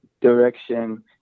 direction